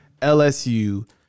LSU